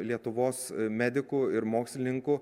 lietuvos medikų ir mokslininkų